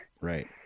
Right